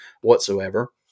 whatsoever